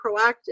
proactive